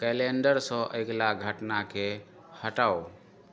कैलेण्डरसँ अगिला घटनाकेँ हटाउ